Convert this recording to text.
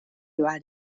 bar